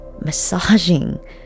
massaging